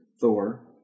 Thor